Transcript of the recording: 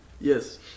Yes